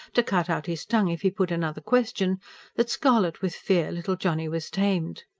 to cut out his tongue if he put another question that, scarlet with fear, little johnny was tamed.